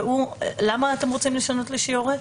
למה אתם רוצים לשנות ל"שיורה"?